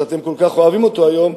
שאתם כל כך אוהבים אותו היום,